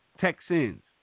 Texans